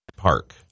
park